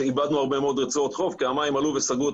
שאיבדנו הרבה מאוד רצועות חוף כי המים עלו וסגרו את